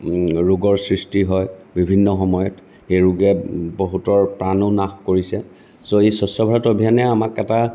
ৰোগৰ সৃষ্টি হয় বিভিন্ন সময়ত সেই ৰোগে বহুতৰ প্ৰাণো নাশ কৰিছে গতিকে এই স্বচ্ছ ভাৰত অভিজানে আমাক এটা